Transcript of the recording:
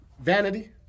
Vanity